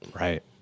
Right